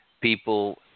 people